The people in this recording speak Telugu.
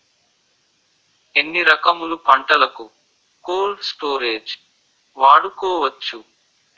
ఎన్ని రకములు పంటలకు కోల్డ్ స్టోరేజ్ వాడుకోవచ్చు?